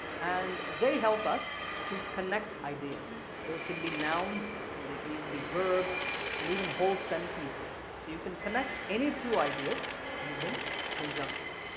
and they help us to connect ideas. those can be nouns they can even be verbs and even whole sentences so you can connect any two ideas using conjunctions.